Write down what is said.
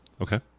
Okay